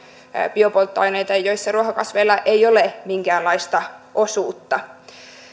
biopolttoaineita joissa ruohokasveilla ei ole minkäänlaista osuutta